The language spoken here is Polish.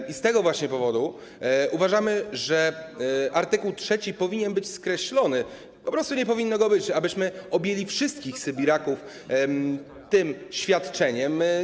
I z tego właśnie powodu uważamy, że art. 3 powinien być skreślony, po prostu nie powinno go być, tak abyśmy objęli wszystkich sybiraków tym świadczeniem.